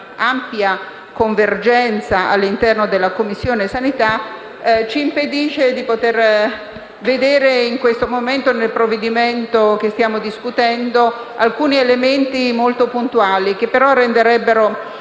Commissione, ci impedisce di vedere, in questo momento, nel provvedimento che stiamo discutendo, alcuni elementi molto puntuali, che però renderebbero